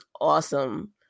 awesome